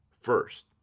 First